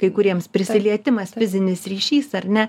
kai kuriems prisilietimas fizinis ryšys ar ne